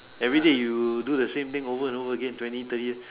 everyday you do the same thing over and over again twenty thirty years